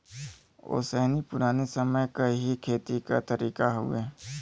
ओसैनी पुराने समय क ही खेती क तरीका हउवे